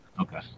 Okay